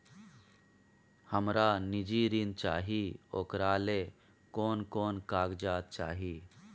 हमरा निजी ऋण चाही ओकरा ले कोन कोन कागजात चाही?